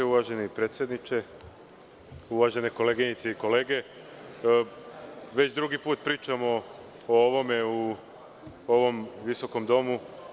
Poštovani predsedniče, uvažene koleginice i kolege, već drugi put pričamo o ovome u ovom visokom domu.